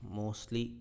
mostly